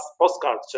postcards